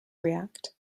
react